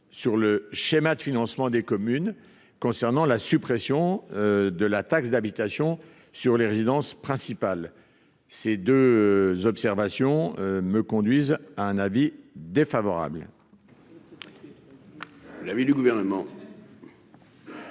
sur le schéma de financement des communes concernant la suppression de la taxe d'habitation sur les résidences principales. Ces deux observations conduisent la commission à émettre un avis défavorable